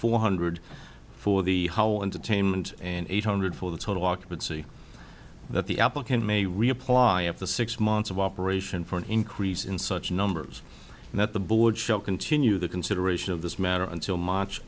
four hundred for the how entertainment and eight hundred for the total occupancy that the applicant may reapply up to six months of operation for an increase in such numbers and that the board shall continue the consideration of this matter until march